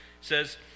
says